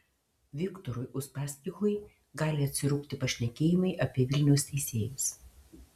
viktorui uspaskichui gali atsirūgti pašnekėjimai apie vilniaus teisėjus